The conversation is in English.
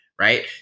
right